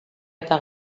eta